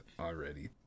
already